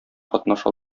катнаша